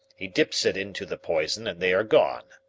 he dips it into the poison and they are gone.